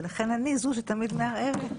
ולכן אני זו שתמיד מערערת.